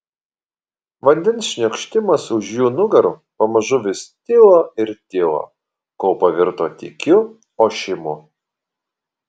vandens šniokštimas už jų nugarų pamažu vis tilo ir tilo kol pavirto tykiu ošimu